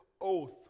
oath